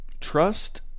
Trust